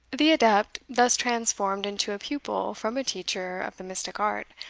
the adept, thus transformed into a pupil from a teacher of the mystic art,